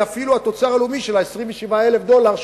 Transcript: אפילו התוצר הלאומי שלה הוא 27,000 דולר,